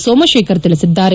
ಸೋಮಶೇಖರ್ ತಿಳಿಸಿದ್ದಾರೆ